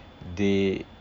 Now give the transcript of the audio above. they